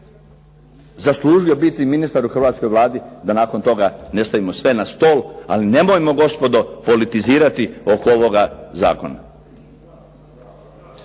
zaslužio biti ministar u hrvatskoj Vladi da nakon toga ne stavimo sve na stol. Ali nemojmo gospodo politizirati oko ovoga zakona.